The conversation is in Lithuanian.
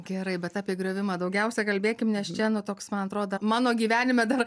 gerai bet apie griovimą daugiausia kalbėkim nes čia toks man atrodo mano gyvenime dar